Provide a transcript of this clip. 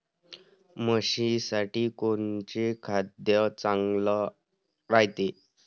म्हशीसाठी कोनचे खाद्य चांगलं रायते?